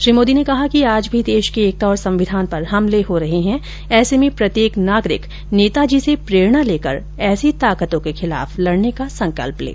श्री मोदी ने कहा कि आज भी देश की एकता और संविधान पर हमले हो रहे है ऐसे में प्रत्येक नागरिक नेता जी से प्रेरणा लेकर ऐसी ताकतों के खिलाफ लडने का संकल्प लें